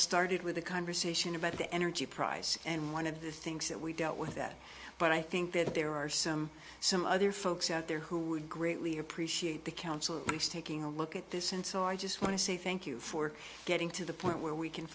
started with a conversation about the energy price and one of the things that we dealt with that but i think that there are some some other folks out there who would greatly appreciate the council taking a look at this and so i just want to say thank you for getting to the point where we can